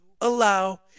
allow